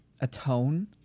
atone